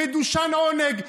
מדושן עונג,